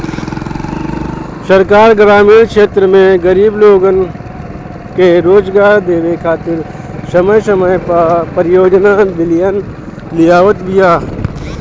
सरकार ग्रामीण क्षेत्र में गरीब लोग के रोजगार देवे खातिर समय समय पअ परियोजना लियावत बिया